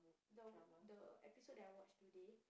the one the episode that I watch today